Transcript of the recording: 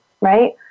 right